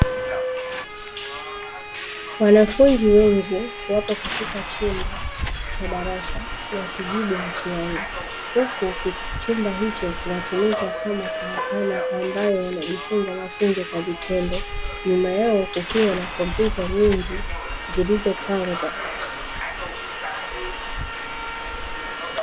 Wanafunzi wengi wapo katika chumba cha darasa, wakijibu mtihani ,huku chumba hicho kinatumika kama karakana, ambayo wanajifunza mafunzo kwa vitendo nyuma yao kukiwa na kompyuta nyingi zilizopangwa.